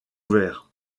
ouverts